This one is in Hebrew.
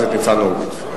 חבר הכנסת ניצן הורוביץ.